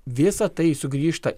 visa tai sugrįžta